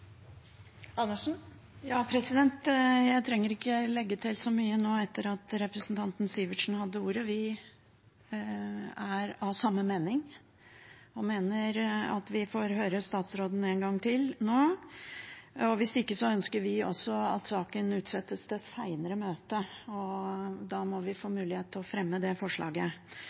Jeg trenger ikke å legge til så mye nå, etter at representanten Sivertsen hadde ordet. Vi er av samme mening. Vi får høre på statsråden en gang til nå. Hvis ikke ønsker også vi at saken utsettes til et senere møte, og da må vi få mulighet til å fremme det forslaget.